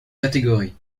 catégorie